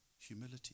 humility